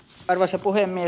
arvoisa puhemies